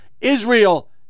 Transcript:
Israel